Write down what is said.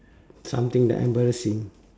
something that I embarrassing